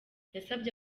yasabye